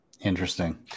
Interesting